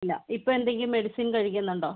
ഇല്ല ഇപ്പോൾ എന്തെങ്കിലും മെഡിസിൻ കഴിക്കുന്നുണ്ടോ